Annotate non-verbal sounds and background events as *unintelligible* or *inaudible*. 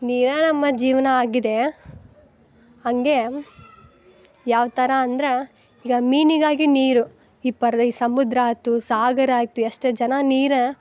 ನೀರು ನಮ್ಮ ಜೀವನ ಆಗಿದೆ ಹಾಗೆ ಯಾವ್ಥರ ಅಂದ್ರೆ ಈಗ ಮೀನಿಗಾಗಿ ನೀರು ಈ *unintelligible* ಸಮುದ್ರ ಆತು ಸಾಗರ ಆಯಿತು ಎಷ್ಟು ಜನ ನೀರು